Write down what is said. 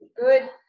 Good